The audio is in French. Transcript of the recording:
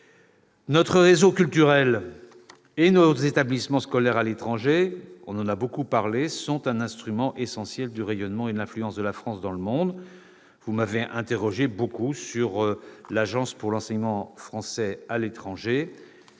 Notre réseau culturel et nos établissements scolaires à l'étranger sont un instrument essentiel du rayonnement et de l'influence de la France dans le monde. Vous m'avez beaucoup interrogé sur l'Agence pour l'enseignement français à l'étranger.